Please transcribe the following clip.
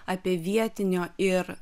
apie vietinio ir